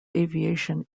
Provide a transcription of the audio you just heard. aviation